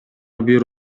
бир